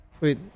wait